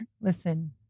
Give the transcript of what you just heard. Listen